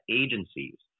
agencies